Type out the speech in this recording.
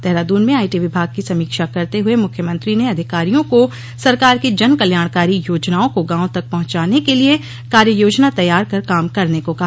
देहरादून में आईटी विभाग की समीक्षा करते हुए मुख्यमंत्री ने अधिकारियों को सरकार की जन कल्याणकारी योजनाओं को गांवों तक पहुंचाने के लिए कार्ययोजना तैयार कर काम करने को कहा